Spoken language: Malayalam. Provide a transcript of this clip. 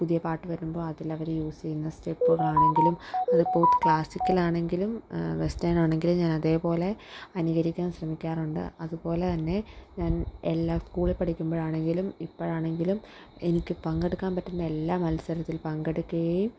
പുതിയ പാട്ട് വരുമ്പോള് അതിലവര് യൂസെയ്യുന്ന സ്റ്റെപ്പുകളാണെങ്കിലും അതിപ്പോള് ക്ലാസിക്കലാണെങ്കിലും വെസ്റ്റേണാണെങ്കിലും ഞാനതേപോലെ അനുകരിക്കാൻ ശ്രമിക്കാറുണ്ട് അതുപോലെ തന്നെ ഞാൻ എല്ലാ സ്കൂളിൽ പഠിക്കുമ്പോഴാണെങ്കിലും ഇപ്പോഴാണെങ്കിലും എനിക്ക് പങ്കെടുക്കാൻ പറ്റുന്ന എല്ലാ മത്സരത്തിൽ പങ്കെടുക്കുകയും